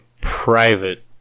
private